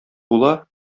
була